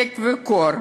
שלג וקור,